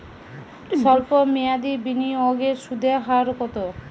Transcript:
সল্প মেয়াদি বিনিয়োগের সুদের হার কত?